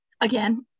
Again